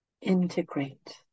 Integrate